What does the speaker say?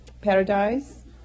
paradise